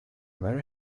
very